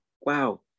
wow